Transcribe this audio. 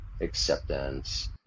acceptance